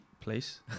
place